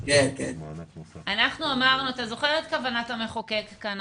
אתה זוכר את כוונת המחוקק כאן,